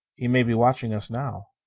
he may be watching us now.